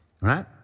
right